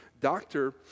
doctor